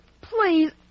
please